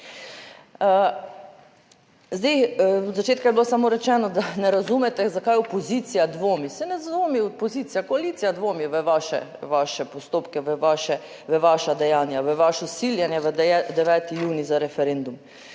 Zdaj od začetka je bilo samo rečeno, da ne razumete, zakaj opozicija dvomi - saj ne dvomi opozicija, koalicija dvomi v vaše, vaše postopke, v vaše, v vaša dejanja, v vaše siljenje v 9. junij za referendum.